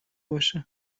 باشه